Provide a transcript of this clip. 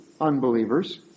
unbelievers